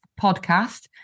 podcast